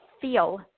feel